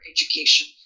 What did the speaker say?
education